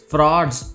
Frauds